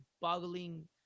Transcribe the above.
boggling